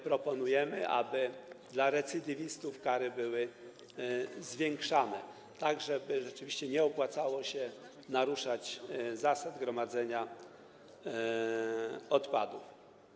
Proponujemy również, aby dla recydywistów kary były zwiększane, żeby rzeczywiście nie opłacało się naruszać zasad gromadzenia odpadów.